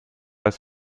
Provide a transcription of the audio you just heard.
als